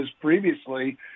previously